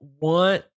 want